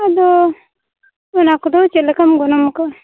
ᱟᱫᱚ ᱚᱱᱟ ᱠᱚᱫᱚ ᱪᱮᱫ ᱞᱮᱠᱟᱢ ᱜᱚᱱᱚᱝ ᱟᱠᱟᱜᱼᱟ